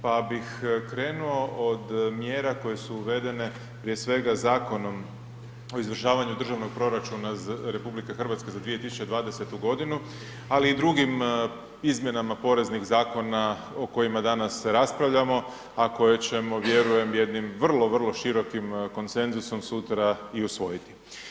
Pa bih krenuo od mjera koje su uvedene prije svega Zakonom o izvršavanju državnog proračuna RH za 2020.g., ali i drugim izmjenama poreznih zakona o kojima danas raspravljamo, a koje ćemo vjerujem jednim vrlo, vrlo širokim konsenzusom sutra i usvojiti.